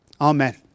Amen